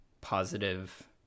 Positive